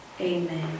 Amen